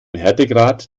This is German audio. härtegrad